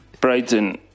Brighton